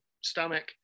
stomach